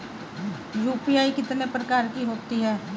UPI कितने प्रकार की होती हैं?